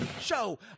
show